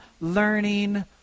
learning